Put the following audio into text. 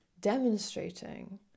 demonstrating